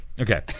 Okay